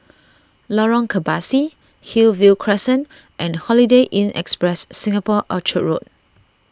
Lorong Kebasi Hillview Crescent and Holiday Inn Express Singapore Orchard Road